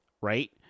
right